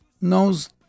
knows